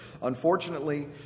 Unfortunately